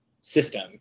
system